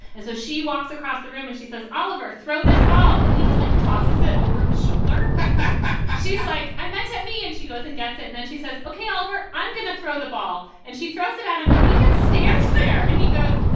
and so she walks across the room and she says, oliver, throw this ball. and he just, like, tosses it over his shoulder and she's like, i meant to me. and she goes and gets it. and then she says, ok, oliver, i'm going to throw the ball. and she throws it at him and he just starts there and he goes,